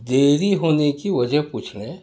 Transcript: دیری ہونے کی وجہ پوچھیں